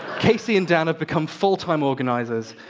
casey and dan have become full-time organizers.